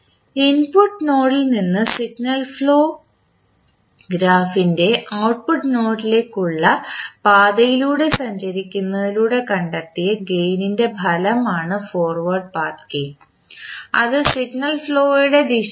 input നോഡിൽ നിന്ന് signal flow ഗ്രാഫിൻറെ ഔട്ട്പുട്ട് നോഡിലേക്കുള്ള പാതയിലൂടെ സഞ്ചരിക്കുന്നതിലൂടെ കണ്ടെത്തിയ ഗേയിൻ ൻറെ ഫലമാണ് ഫോർവേഡ് പാത്ത് ഗേയിൻ അത് സിഗ്നൽ ഫ്ലോയുടെ ദിശയിലാണ്